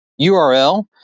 URL